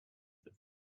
that